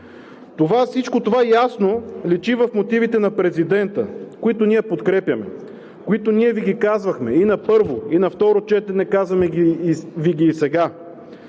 Всичко това ясно личи в мотивите на президента, които ние подкрепяме, които Ви ги казвахме и на първо, и на второ четене, казваме Ви ги и сега